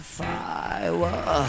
fire